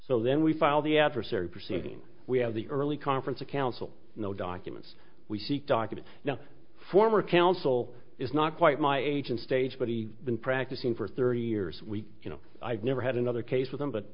so then we file the adversary proceeding we have the early conference of counsel no documents we seek documents now former counsel is not quite my age and stage but he been practicing for thirty years we you know i've never had another case with him but